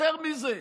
אני מוכן יותר מזה: